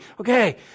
Okay